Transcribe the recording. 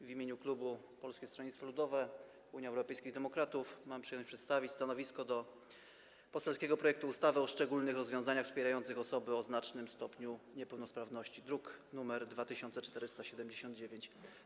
W imieniu klubu Polskiego Stronnictwa Ludowego - Unii Europejskich Demokratów mam przyjemność przedstawić stanowisko wobec poselskiego projektu ustawy o szczególnych rozwiązaniach wspierających osoby o znacznym stopniu niepełnosprawności, druk nr 2479.